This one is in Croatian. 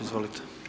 Izvolite.